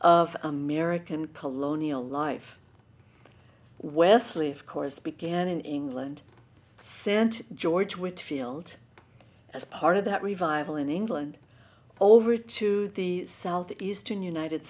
of american colonial life wesley of course began in england sant george whitfield as part of that revival in england over to the southeastern united